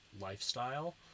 lifestyle